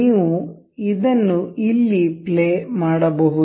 ನೀವು ಇದನ್ನು ಇಲ್ಲಿ ಪ್ಲೇ ಮಾಡಬಹುದು